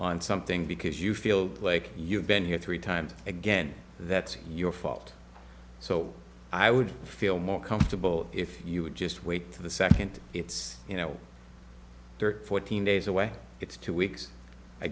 on something because you feel like you've been here three times again that's your fault so i would feel more comfortable if you would just wait for the second it's you know fourteen days away it's two weeks i